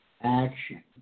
action